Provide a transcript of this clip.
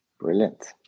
Brilliant